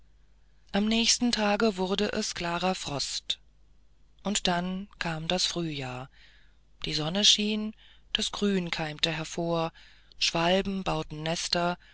am nächsten tage wurde es klarer frost und dann kam das frühjahr die sonne schien das grün keimte hervor schwalben bauten nester